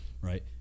right